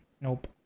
Nope